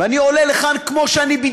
אני עולה לכאן בדיוק